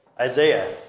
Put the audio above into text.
Isaiah